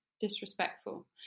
disrespectful